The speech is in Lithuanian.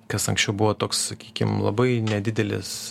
kas anksčiau buvo toks sakykim labai nedidelis